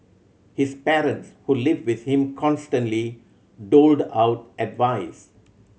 his parents who live with him constantly doled out advice